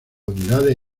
unidades